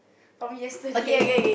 from yesterday